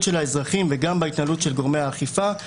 של האזרחים וגם בהתנהלות של גורמי האכיפה.